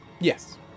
Yes